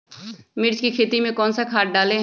मिर्च की खेती में कौन सा खाद डालें?